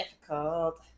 difficult